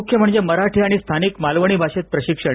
मुख्य म्हणजे मराठी आणि स्थानिक मालवणी भाषेत प्रशिक्षण